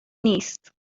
نیست